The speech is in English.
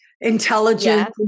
intelligent